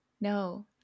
no